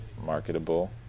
marketable